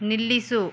ನಿಲ್ಲಿಸು